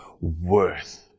worth